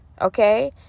Okay